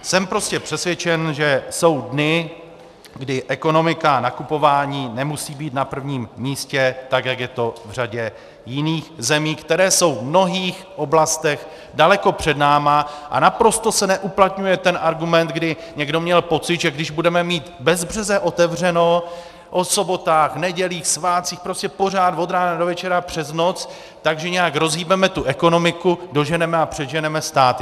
Jsem prostě přesvědčen, že jsou dny, kdy ekonomika a nakupování nemusí být na prvním místě, jak je to v řadě jiných zemí, které jsou v mnohých oblastech daleko před námi, a naprosto se neuplatňuje argument, kdy někdo měl pocit, že když budeme mít bezbřeze otevřeno o sobotách, nedělích, svátcích, prostě pořád od rána do večera, přes noc, tak že nějak rozhýbeme ekonomiku, doženeme a předeženeme státy.